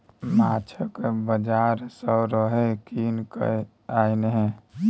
माछक बाजार सँ रोहू कीन कय आनिहे